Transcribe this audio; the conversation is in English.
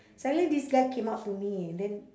suddenly this guy came up to me and then